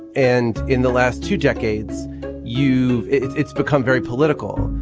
and in the last two decades you it's it's become very political